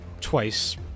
twice